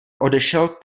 odešel